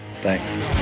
Thanks